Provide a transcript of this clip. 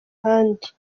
ahandi